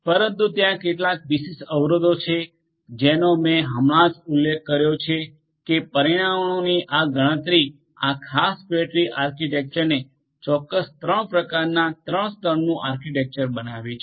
પરંતુ ત્યાં કેટલાક વિશિષ્ટ અવરોધો છે કે જેનો મેં હમણાં જ ઉલ્લેખ કર્યો છે કે પરિમાણોનો આ ગણતરી આ ખાસ ફેટ ટ્રી આર્કિટેક્ચરને ચોક્કસ 3 પ્રકારના 3 સ્તરનું આર્કિટેક્ચર બનાવે છે